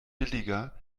billiger